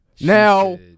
Now